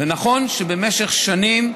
ונכון שבמשך שנים